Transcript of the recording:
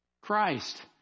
Christ